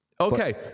Okay